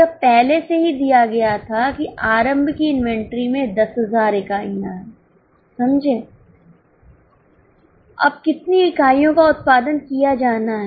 यह पहले से ही दिया गया था किआरंभ की इन्वेंटरी में 10000 इकाइयाँ हैं समझे अब कितनी इकाइयों का उत्पादन किया जाना है